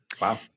Wow